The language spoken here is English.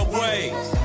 ways